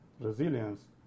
Resilience